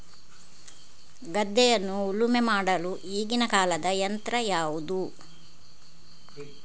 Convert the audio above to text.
ಗದ್ದೆಯನ್ನು ಉಳುಮೆ ಮಾಡಲು ಈಗಿನ ಕಾಲದ ಯಂತ್ರ ಯಾವುದು?